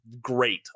Great